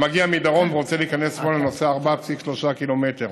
המגיע מדרום ורוצה להיכנס שמאלה נוסע 4.3 קילומטרים